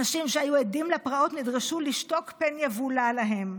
אנשים שהיו עדים לפרעות נדרשו לשתוק פן יבולע להם.